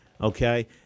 Okay